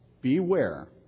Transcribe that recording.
beware